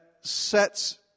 sets